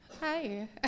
Hi